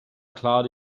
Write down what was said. cloud